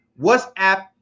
WhatsApp